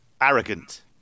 arrogant